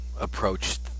approached